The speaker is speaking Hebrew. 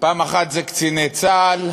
פעם אחת זה קציני צה"ל,